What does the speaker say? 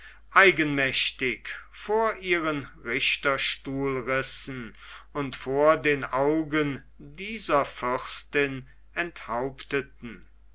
eigenmächtig vor ihren richterstuhl rissen und vor den augen dieser fürstin enthaupteten